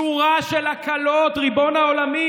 לא רק שלא מגיבים, שורה של הקלות, ריבון העולמים.